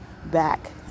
Back